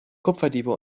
kupferdiebe